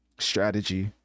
Strategy